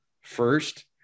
first